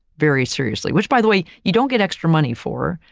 very seriously, which by the way, you don't get extra money for,